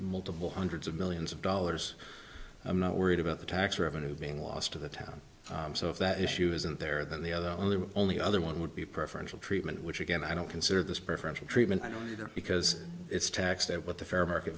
multiple hundreds of millions of dollars i'm not worried about the tax revenue being lost to the town so if that issue isn't there then the other only will only other one would be preferential treatment which again i don't consider this preferential treatment i don't either because it's taxed at what the fair market